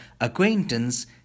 acquaintance